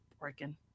working